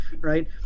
right